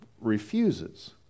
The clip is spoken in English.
refuses